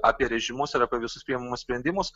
apie režimus ir apie visus priimamus sprendimus